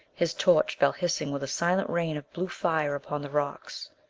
his torch fell hissing with a silent rain of blue fire upon the rocks.